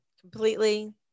completely